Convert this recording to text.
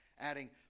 adding